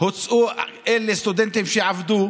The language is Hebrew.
איש ימין,